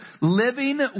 living